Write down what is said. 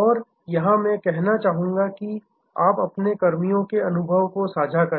और यहां मैं चाहूंगा कि आप अपने कर्मियों के अनुभव को साझा करें